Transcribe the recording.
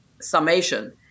summation